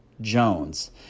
Jones